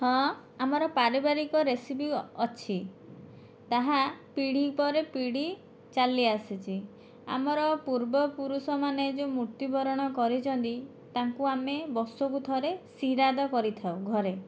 ହଁ ଆମର ପାରିବାରିକ ରେସିପି ଅଛି ତାହା ପିଢ଼ି ପରେ ପିଢ଼ି ଚାଲି ଆସିଛି ଆମର ପୂର୍ବ ପୁରୁଷ ମାନେ ଯଉଁ ମୃତ୍ୟୁ ବରଣ କରିଛନ୍ତି ତାଙ୍କୁ ଆମେ ବର୍ଷକୁ ଥରେ ଶ୍ରାଦ୍ଧ କରିଥାଉ ଘରେ